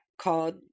called